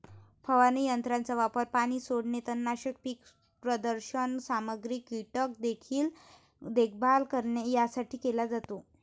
फवारणी यंत्राचा वापर पाणी सोडणे, तणनाशक, पीक प्रदर्शन सामग्री, कीटक देखभाल यासाठी केला जातो